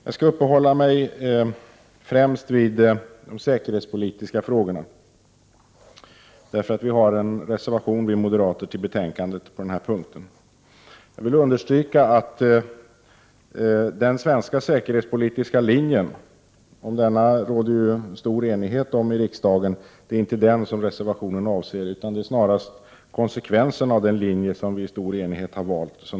Jag skall uppehålla mig främst vid de säkerhetspolitiska frågorna, eftersom moderata samlingspartiet har en reservation till betänkandet på denna punkt. Jag vill understryka att det råder stor enighet i riksdagen om den svenska säkerhetspolitiska linjen. Det är inte den reservationen avser. Det handlar om konsekvenserna av den linje som vi i stor enighet valt.